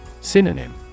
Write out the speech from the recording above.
Synonym